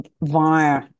via